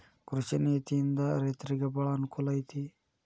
ಕೃಷಿ ನೇತಿಯಿಂದ ರೈತರಿಗೆ ಬಾಳ ಅನಕೂಲ ಐತಿ